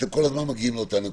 אתם כל הזמן מגיעים לאותה נקודה.